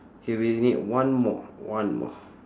K we need one more one more